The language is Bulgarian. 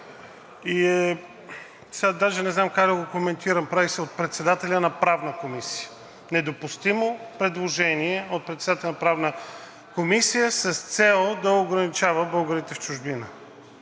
даже не знам как да го коментирам – прави се от председател на Правна комисия. Недопустимо предложение от председател на Правна комисия с цел да ограничава българите в чужбина.